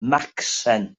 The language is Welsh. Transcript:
macsen